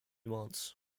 months